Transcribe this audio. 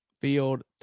field